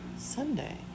Sunday